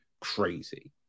crazy